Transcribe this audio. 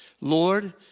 Lord